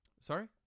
sorry